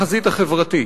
בחזית החברתית.